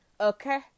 Okay